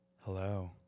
Hello